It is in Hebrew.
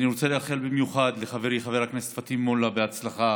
אני רוצה לאחל במיוחד לחברי חבר הכנסת פטין מולא הצלחה